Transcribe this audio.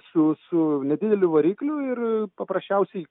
su su nedideliu varikliu ir paprasčiausiai